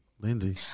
Lindsay